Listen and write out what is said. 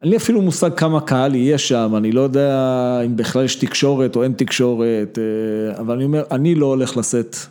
אין לי אפילו מושג כמה קהל יש שם, אני לא יודע אם בכלל יש תקשורת או אין תקשורת, אבל אני אומר, אני לא הולך לשאת